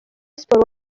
siporo